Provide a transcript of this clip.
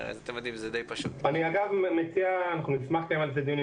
אם תרצו, אנחנו נשמח לקיים על כך דיון.